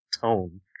tone